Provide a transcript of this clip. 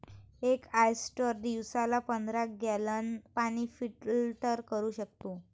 एक ऑयस्टर दिवसाला पंधरा गॅलन पाणी फिल्टर करू शकतो